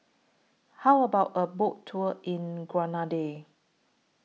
How about A Boat Tour in Grenada